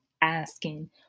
asking